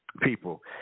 people